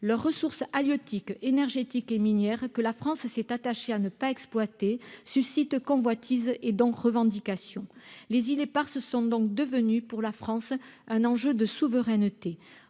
leurs ressources halieutiques énergétiques et minières que la France s'est attaché à ne pas exploiter suscite convoitises et dans revendications les îles éparses sont donc devenus pour la France, un enjeu de souveraineté,